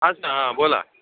अच्छा हां बोला